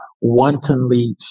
wantonly